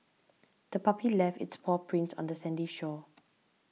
the puppy left its paw prints on the sandy shore